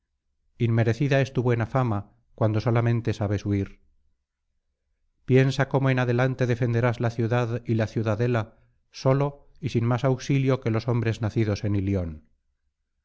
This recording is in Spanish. inmerecida es tu buena fama cuando solamente sabes huir piensa cómo en adelante defenderás la ciudad y la ciudadela solo y sin más auxilio que los hombres nacidos en ilion